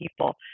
people